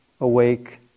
awake